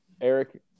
Eric